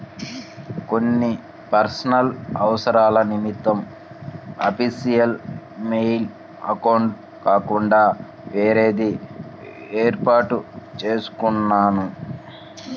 కొన్ని పర్సనల్ అవసరాల నిమిత్తం అఫీషియల్ మెయిల్ అకౌంట్ కాకుండా వేరేది వేర్పాటు చేసుకున్నాను